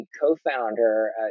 co-founder